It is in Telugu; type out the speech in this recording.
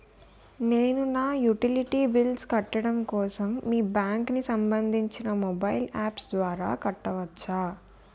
నేను నా యుటిలిటీ బిల్ల్స్ కట్టడం కోసం మీ బ్యాంక్ కి సంబందించిన మొబైల్ అప్స్ ద్వారా కట్టవచ్చా?